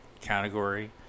category